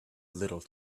little